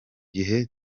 gihe